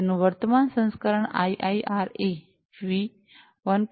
તેનું વર્તમાન સંસ્કરણ આઈઆઈઆરએ એ વી 1